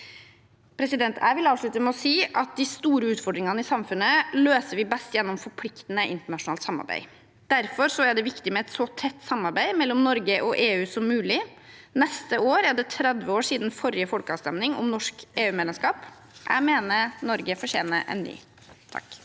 nå. Jeg vil avslutte med å si at de store utfordringene i samfunnet løser vi best gjennom forpliktende, internasjonalt samarbeid. Derfor er det viktig med et så tett samarbeid som mulig mellom Norge og EU. Neste år er det 30 år siden forrige folkeavstemning om norsk EUmedlemskap. Jeg mener Norge fortjener er ny.